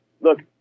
Look